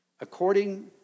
According